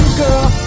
girl